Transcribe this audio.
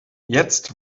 jetzt